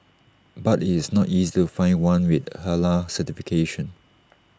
but IT is not easy to find one with Halal certification